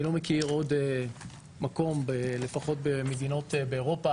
אני לא מכיר עוד מקום במדינות באירופה